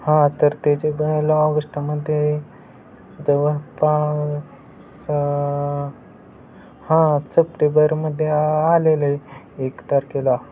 हां तर ते जे बैलं ऑगस्टामध्ये जवळपास हां सप्टेबरमध्ये आलेलं आहे एक तारखेला